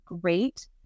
great